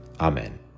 Amen